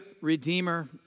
redeemer